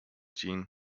jean